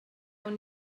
awn